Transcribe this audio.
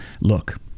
look